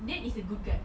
nick is a good guy